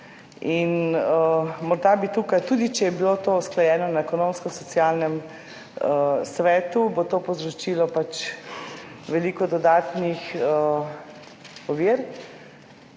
ne strinjam. Tudi če je bilo to usklajeno na Ekonomsko-socialnem svetu, bo to povzročilo veliko dodatnih ovir,